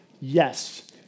Yes